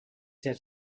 said